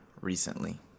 recently